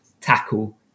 tackle